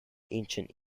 ancient